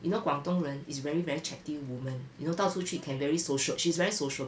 you know 广东人 is very very chatty woman you know 到处去 can very social~ she's very sociable